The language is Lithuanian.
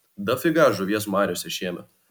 dafiga žuvies mariose šiemet